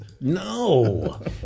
no